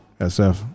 SF